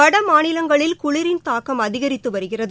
வடமாநிலங்களில் குளிரின் தாக்கம் அதிகரித்து வருகிறது